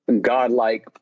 godlike